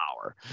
power